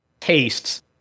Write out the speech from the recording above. tastes